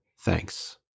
thanks